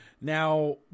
Now